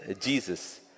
Jesus